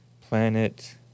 Planet